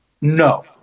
No